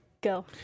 Go